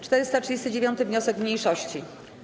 439. wniosek mniejszości.